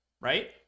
right